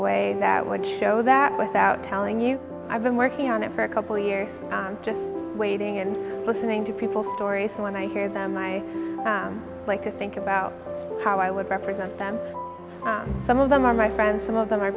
way that would show that without telling you i've been working on it for a couple years just waiting and listening to people's stories when i hear them i like to think about how i would represent them some of them are my friends some of them are